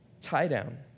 tie-down